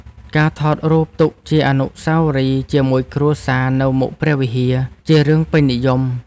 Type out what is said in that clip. ការថតរូបទុកជាអនុស្សាវរីយ៍ជាមួយគ្រួសារនៅមុខព្រះវិហារ ជារឿងពេញនិយម។